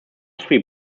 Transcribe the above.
three